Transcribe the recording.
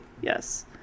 Yes